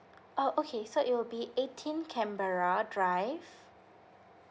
oh okay so it will be eighteen canberra drive